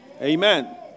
Amen